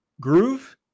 groove